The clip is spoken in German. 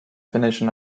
finnischen